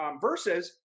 versus